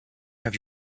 have